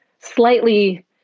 slightly